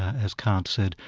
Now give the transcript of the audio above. as kant said,